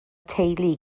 teulu